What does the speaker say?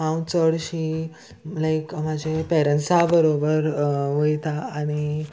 हांव चडशीं लायक म्हाजे पेरंट्सा बरोबर वयता आनी